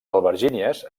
albergínies